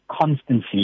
constancy